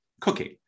cooking